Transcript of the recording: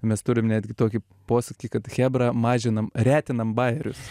mes turim netgi tokį posakį kad chebra mažiname retinam baikerius